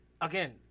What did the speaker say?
again